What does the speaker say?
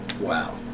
Wow